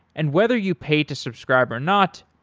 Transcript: and whether you pay to subscribe or not,